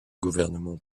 gouvernement